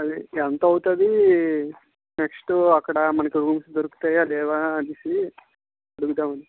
అది ఎంత అవుతుంది నెక్స్టు అక్కడ మనకి రూమ్స్ దొరుకుతాయా లేవా అని అడుగుదామని